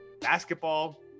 basketball